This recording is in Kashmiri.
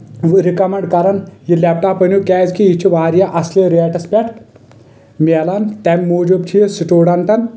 وٕ رِکمنٛڈ کران یہِ لیٚپ ٹام أنیٚو کیاز کہِ یہِ چھُ واریاہ اصٕلہِ ریٹس پٮ۪ٹھ مِلان تمہِ موٗجوب چھُ یہِ سٹوڈنٹن